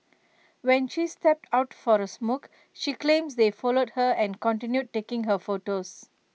when she stepped out for A smoke she claims they followed her and continued taking her photos